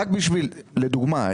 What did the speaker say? לדוגמה,